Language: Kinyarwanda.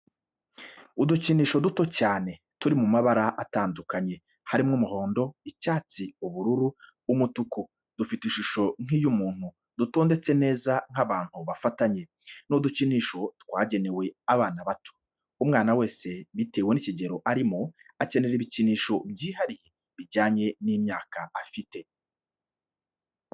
Udukinisho duto cyane turi mu mabara atandukanye, harimo umuhondo, icyatsi, ubururu, umutuku dufite ishusho nk'iy'umuntu dutondetse neza nk'abantu bafatanye, ni udukinisho twagenewe abana bato. Umwana wese bitewe n'ikigero arimo akenera ibikinsho byihariye bijyanye n'imyaka afite.